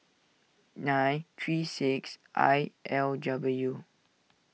nine three six I L W